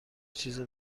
چیزی